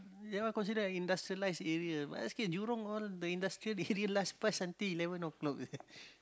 that one considered an industrialized area basket jurong all the industrial area last bus until eleven o-clock